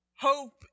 Hope